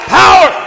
power